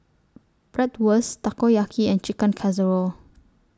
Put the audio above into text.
Bratwurst Takoyaki and Chicken Casserole